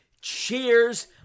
Cheers